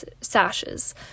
sashes